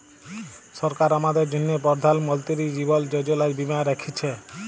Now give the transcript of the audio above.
সরকার আমাদের জ্যনহে পরধাল মলতিরি জীবল যোজলা বীমা রাখ্যেছে